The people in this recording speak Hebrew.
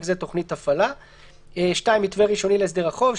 זה "תוכנית הפעלה); (2) מתווה ראשוני להסדר החוב,